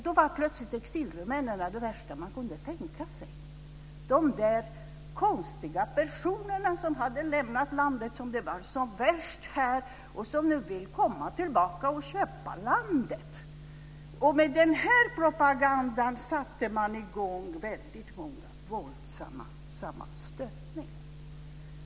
Då var plötsligt exilrumänerna det värsta man kunde tänka sig - de där konstiga personerna som hade lämnat landet när det var som värst och som nu ville komma tillbaka och köpa landet. Med den här propagandan satte man i gång många våldsamma sammanstötningar.